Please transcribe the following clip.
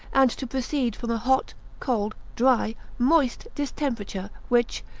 and to proceed from a hot, cold, dry, moist distemperature, which,